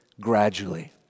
gradually